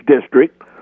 District